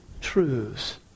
truths